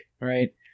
right